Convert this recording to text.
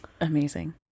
Amazing